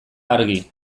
argi